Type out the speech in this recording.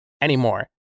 anymore